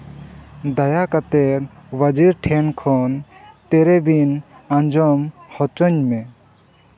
ᱫᱟᱭᱟ ᱠᱟᱛᱮᱫ ᱵᱟᱡᱮ ᱴᱷᱮᱱ ᱠᱷᱚᱱ ᱛᱮᱨᱮᱵᱤᱱ ᱟᱸᱡᱚᱢ ᱦᱚᱪᱚᱧ ᱢᱮ